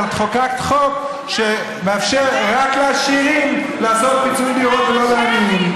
אבל את חוקקת חוק שמאפשר רק לעשירים לעשות פיצול דירות ולא לעניים.